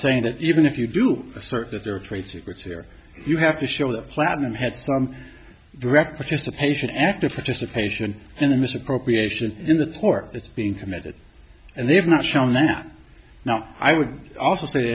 saying that even if you do assert that there are trade secrets here you have to show that platinum had some direct participation active participation in the misappropriation in the port it's being committed and they have not shown that now i would also say